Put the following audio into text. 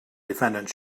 defendant